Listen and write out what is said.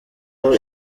kuko